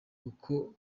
kuko